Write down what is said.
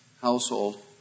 household